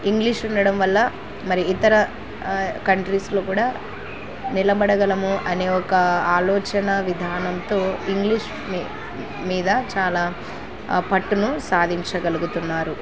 English ఉండడం వల్ల మరి ఇతర కంట్రీస్లో కూడా నిలబడగలము అనే ఒక ఆలోచన విధానంతో ఇంగ్లీష్ మీ మీద చాలా పట్టును సాధించగలుగుతున్నారు